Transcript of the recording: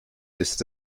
ist